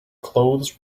clothes